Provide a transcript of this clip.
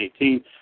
2018